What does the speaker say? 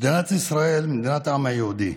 מדינת ישראל היא מדינת העם היהודי,